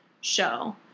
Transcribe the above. show